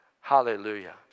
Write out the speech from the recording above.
Hallelujah